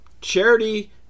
charity